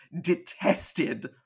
detested